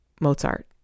mozart